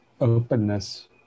openness